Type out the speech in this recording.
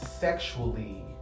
sexually